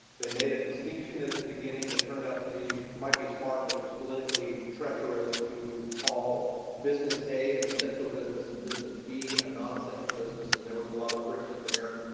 they made a distinction at the beginning that turned out to be might be smart, but it was politically treacherous to call business a an and essential business and business, be a non-essential business. and there was a lot of friction there.